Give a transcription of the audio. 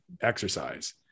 exercise